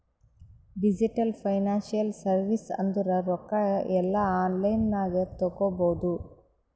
digital financial service ಅಂದುರ್ ರೊಕ್ಕಾ ಎಲ್ಲಾ ಆನ್ಲೈನ್ ನಾಗೆ ತಗೋಬೋದು